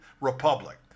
Republic